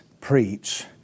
preach